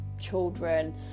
children